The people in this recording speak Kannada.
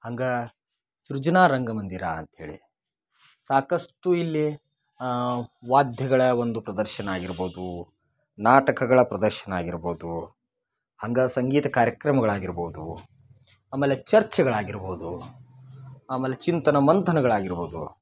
ಹಂಗಾ ಸೃಜನ ರಂಗಮಂದಿರ ಅಂತ್ಹೇಳಿ ಸಾಕಷ್ಟು ಇಲ್ಲಿ ವಾದ್ಯಗಳ ಒಂದು ಪ್ರದರ್ಶನ ಆಗಿರ್ಬೋದು ನಾಟಕಗಳ ಪ್ರದರ್ಶನ ಆಗಿರ್ಬೋದು ಹಂಗೆ ಸಂಗೀತ ಕಾರ್ಯಕ್ರಮಗಳಾಗಿರ್ಬೋದು ಆಮೇಲೆ ಚರ್ಚೆಗಳಾಗಿರ್ಬಹುದು ಆಮೇಲೆ ಚಿಂತನ ಮಂಥನಗಳಾಗಿರ್ಬೋದು